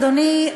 אדוני,